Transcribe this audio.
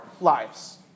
lives